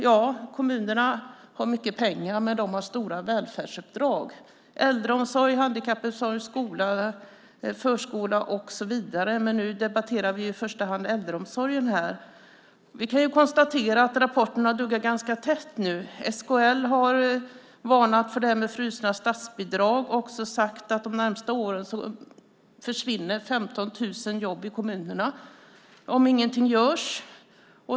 Ja, kommunerna har mycket pengar, men de har stora välfärdsuppdrag: äldreomsorg, handikappomsorg, skola, förskola, och så vidare. Nu debatterar vi i första hand äldreomsorgen. Vi kan konstatera att rapporterna duggar ganska tätt nu. SKL har varnat för frysta statsbidrag och sagt att de närmaste åren försvinner 15 000 jobb i kommunerna om ingenting görs.